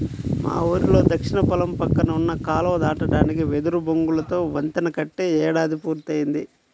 మా ఊరిలో దక్షిణ పొలం పక్కన ఉన్న కాలువ దాటడానికి వెదురు బొంగులతో వంతెన కట్టి ఏడాది పూర్తయ్యింది